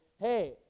hey